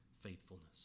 faithfulness